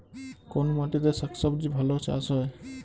কোন মাটিতে শাকসবজী ভালো চাষ হয়?